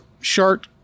shark